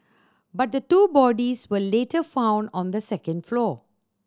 but the two bodies were later found on the second floor